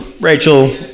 Rachel